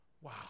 Wow